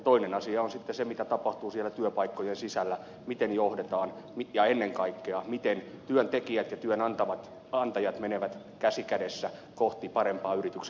toinen asia on sitten se mitä tapahtuu siellä työpaikkojen sisällä miten johdetaan ja ennen kaikkea miten työntekijät ja työnantajat menevät käsi kädessä kohti parempaa yrityksen tulevaisuutta